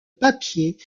papiers